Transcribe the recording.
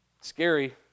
Scary